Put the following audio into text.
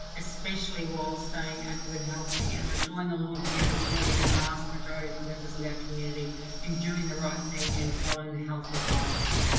especially whilst staying active and healthy. and i join the lord mayor in applauding the vast majority of members of our community in doing the right thing and following the health advice.